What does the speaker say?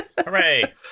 Hooray